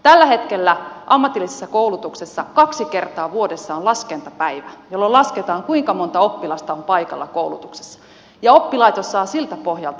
tällä hetkellä ammatillisessa koulutuksessa kaksi kertaa vuodessa on laskentapäivä jolloin lasketaan kuinka monta oppilasta on paikalla koulutuksessa ja oppilaitos saa siltä pohjalta rahoitusta